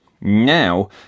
Now